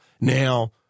Now